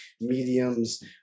mediums